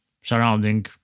surrounding